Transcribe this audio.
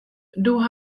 doe